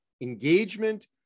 engagement